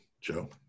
Joe